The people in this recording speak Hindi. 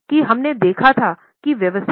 अब तीसरे प्रकार की गति